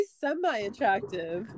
semi-attractive